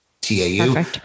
t-a-u